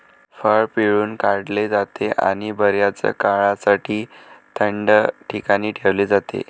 फळ पिळून काढले जाते आणि बर्याच काळासाठी थंड ठिकाणी ठेवले जाते